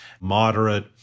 moderate